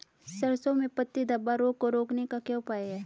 सरसों में पत्ती धब्बा रोग को रोकने का क्या उपाय है?